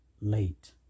late